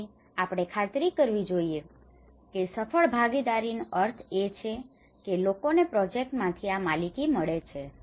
તેથી આપણે ખાતરી કરવી જોઈએ કે સફળ ભાગીદારીનો અર્થ એ છે કે લોકોને પ્રોજેક્ટમાંથી આ માલિકી મળે છે